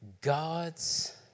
God's